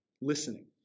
Listening